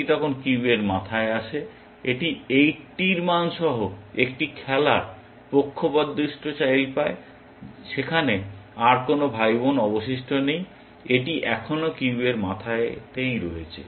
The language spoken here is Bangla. এটি তখন কিউয়ের মাথায় আসে এটি 80 এর মান সহ একটি খেলার পক্ষপাতদুষ্ট চাইল্ড পায় সেখানে আর কোন ভাইবোন অবশিষ্ট নেই এটি এখনও কিউয়ের মাথায় রয়েছে